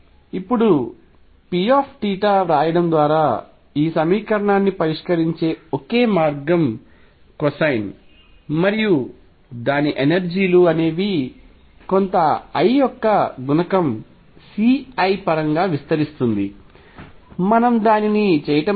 ఇప్పుడు P θ వ్రాయడం ద్వారా ఈ సమీకరణాన్ని పరిష్కరించే ఓకే మార్గం కొసైన్ మరియు దాని ఎనర్జీ లు అనేవి కొంత i యొక్క గుణకం C i పరంగా విస్తరిస్తుంది మనం దానిని చేయటం లేదు